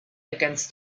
against